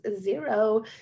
zero